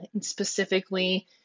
Specifically